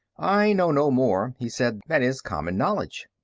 i know no more, he said, than is common knowledge.